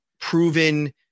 proven –